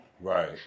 Right